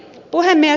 puhemies